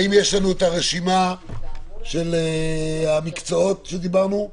האם יש לנו את הרשימה של המקצועות שדיברנו עליהם?